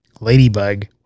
Ladybug